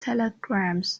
telegrams